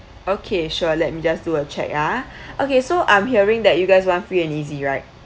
okay sure let me just do a check ah okay so I'm hearing that you guys want free and easy right